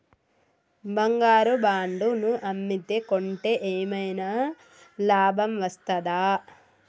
బంగారు బాండు ను అమ్మితే కొంటే ఏమైనా లాభం వస్తదా?